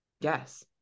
yes